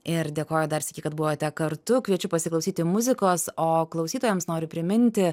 ir dėkoju dar sykį kad buvote kartu kviečiu pasiklausyti muzikos o klausytojams noriu priminti